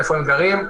דבר שני.